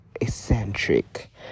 eccentric